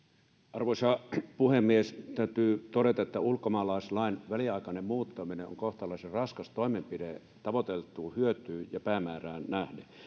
arvoisa puhemies täytyy todeta että ulkomaalaislain väliaikainen muuttaminen on kohtalaisen raskas toimenpide tavoiteltuun hyötyyn ja päämäärään nähden